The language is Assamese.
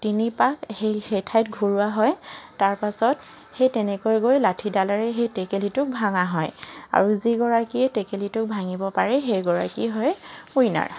তিনিপাক সেই সেই ঠাইত ঘূৰোৱা হয় তাৰ পাছত সেই তেনেকৈ গৈ সেই লাঠিডালেৰে সেই টেকেলীটো ভঙা হয় আৰু যিগৰাকীয়ে টেকেলীটো ভাঙিব পাৰে সেই গৰাকীয়ে হয় উইনাৰ